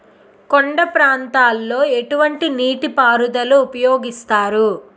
కొండ ప్రాంతాల్లో ఎటువంటి నీటి పారుదల ఉపయోగిస్తారు?